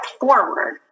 forward